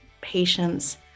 patience